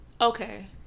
Okay